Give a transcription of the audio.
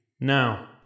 Now